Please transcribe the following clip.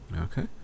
okay